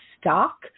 stock